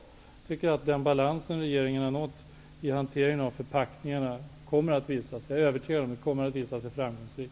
Jag är övertygad om att den balans regeringen har nått i hanteringen av förpackningarna kommer att visa sig framgångsrik.